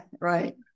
Right